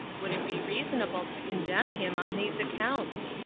would it be reasonable to condemn him on these accounts?